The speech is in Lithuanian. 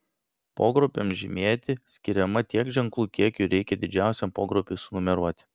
pogrupiams žymėti skiriama tiek ženklų kiek jų reikia didžiausiam pogrupiui sunumeruoti